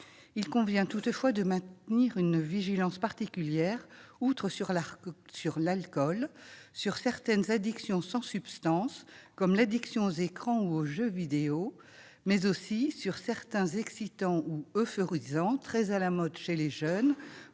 Il convient toutefois de maintenir une vigilance particulière, outre sur l'alcool, sur certaines addictions sans substance, comme l'addiction aux écrans ou aux jeux vidéo, mais aussi sur certains excitants ou euphorisants très à la mode chez les jeunes,